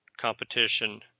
competition